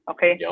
Okay